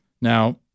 now